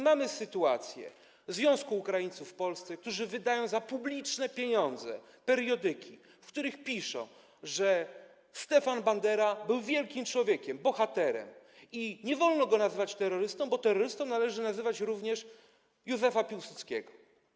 Mamy sytuację Związku Ukraińców w Polsce, którzy wydają za publiczne pieniądze periodyki, w których piszą, że Stefan Bandera był wielkim człowiekiem, bohaterem i nie wolno go nazywać terrorystą, bo terrorystą należałoby nazywać również Józefa Piłsudskiego.